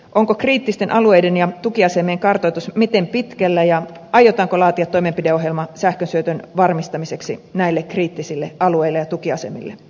onko kriittisten alueiden ja tukiasemien kartoitus miten pitkällä ja aiotaanko laatia toimenpideohjelma sähkönsyötön varmistamiseksi näille kriittiselle alueille ja tukiasemille